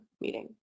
meeting